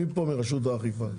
מי פה מרשות האכיפה?